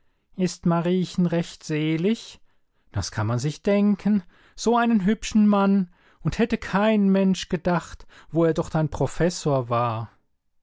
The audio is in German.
ist mariechen recht selig das kann man sich denken so einen hübschen mann und hätte kein mensch gedacht wo er doch dein professor war